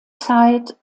zeit